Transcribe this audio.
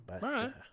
Right